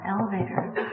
elevator